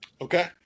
okay